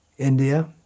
India